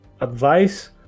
advice